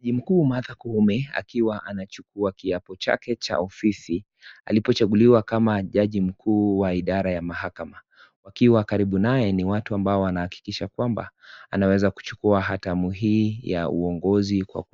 Jaji mkuu Martha Koome akiwa chukua kiapo chake Cha ofisi alipo chaghuliwa kama jaji mkuu wa ishara ya mahakama. Wakiwa karibu naye ni watu ambao wanahakikisha kwamba anaweza chukua atamu hii ya uongozi kwa